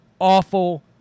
awful